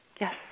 yes